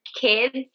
kids